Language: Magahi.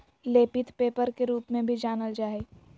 लेपित पेपर के रूप में भी जानल जा हइ